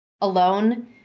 alone